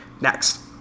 Next